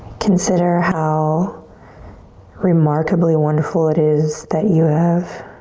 consider how remarkably wonderful it is that you have